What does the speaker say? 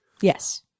Yes